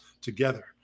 together